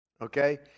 Okay